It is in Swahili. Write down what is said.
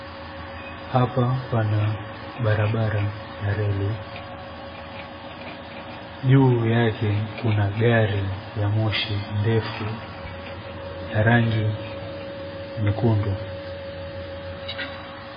Hapa pana barabara ya reli, juu yake kuna gari ya moshi ndefu ya rangi nyekundu.